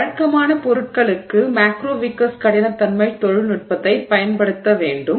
வழக்கமான பொருட்களுக்கு macro Vickers கடினத்தன்மை தொழில்நுட்பத்தைப் பயன்படுத்த வேண்டும்